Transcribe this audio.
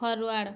forward